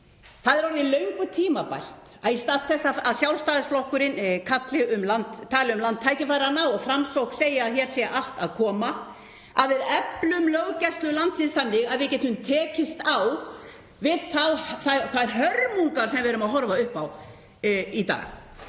Það er orðið löngu tímabært, í stað þess að Sjálfstæðisflokkurinn tali um land tækifæranna og Framsókn segi að hér sé allt að koma, að við eflum löggæslu landsins þannig að við getum tekist á við þær hörmungar sem við erum að horfa upp á í dag.